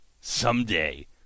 someday